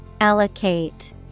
Allocate